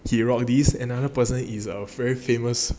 he rock this and another person is err very famous